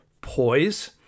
poise